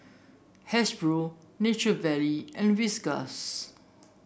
Hasbro Nature Valley and Whiskas